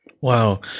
Wow